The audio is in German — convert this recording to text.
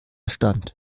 stand